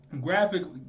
graphically